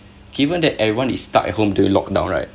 given that everyone is stuck at home during lockdown right